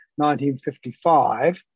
1955